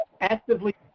actively